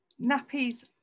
nappies